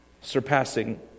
surpassing